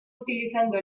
utilizando